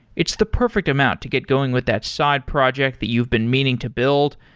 it's the perfect amount to get going with that side project that you've been meaning to build.